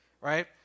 right